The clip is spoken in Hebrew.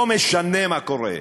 לא משנה מה קורה,